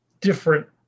different